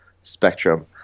spectrum